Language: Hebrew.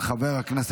אושרה בקריאה